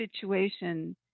situation